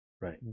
Right